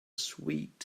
sweet